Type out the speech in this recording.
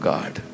God